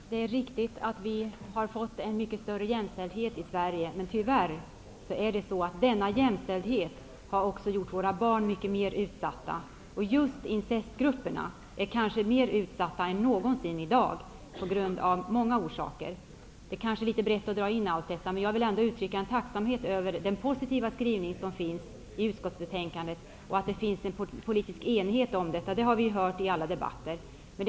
Herr talman! Det är riktigt att vi har fått en mycket större jämställdhet i Sverige. Tyvärr har denna jämställdhet också gjort att våra barn är mycket mer utsatta. Just incestgrupperna är kanske mer utsatta i dag än de någonsin varit. Orsakerna är många. Att ta med allt detta gör kanske bredden litet väl stor. Jag vill i alla fall uttrycka min tacksamhet över den positiva skrivningen i utskottsbetänkandet och över den politiska enighet som finns här. Att det är så har vi ju hört i alla debatter i sammanhanget.